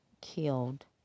killed